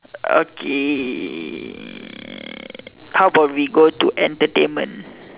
okay how about we go to entertainment